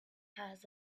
has